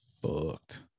booked